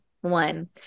one